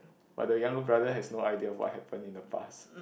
but the younger brother has no idea what happen in the past